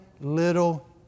little